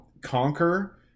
conquer